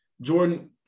Jordan